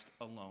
alone